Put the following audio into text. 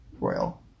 Royal